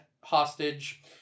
hostage